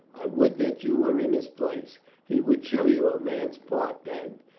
i would that you were in his place. he would show you a man's part then.